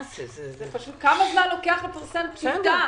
כמה זמן לוקח לפרסם טיוטה?